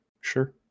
sure